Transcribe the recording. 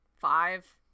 five